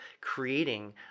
creating